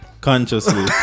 Consciously